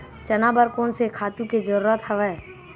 चना बर कोन से खातु के जरूरत हवय?